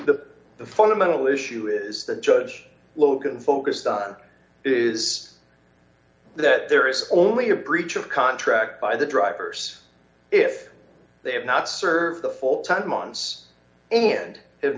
the the fundamental issue is that judge logan focused on is that there is only a breach of contract by the drivers if they have not served the full time months and have